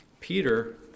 Peter